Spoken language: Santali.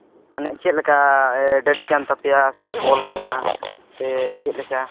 ᱢᱟᱱᱮ ᱪᱮᱫᱞᱮᱠᱟ ᱰᱟᱹᱰᱤ ᱠᱟᱱ ᱛᱟᱯᱮᱭᱟ ᱥᱮ ᱠᱚᱞ ᱠᱟᱱᱟ ᱥᱮ ᱪᱮᱫᱞᱮᱠᱟ